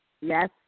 yes